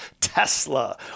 Tesla